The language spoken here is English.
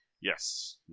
Yes